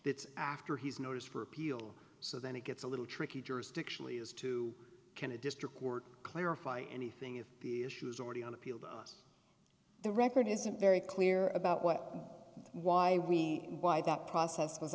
it's after he's notice for appeal so then it gets a little tricky jurisdictionally as to can a district court clarify anything if the issue is already on appeal that the record isn't very clear about what why we why that process was